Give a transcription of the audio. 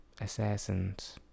assassins